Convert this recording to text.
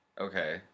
Okay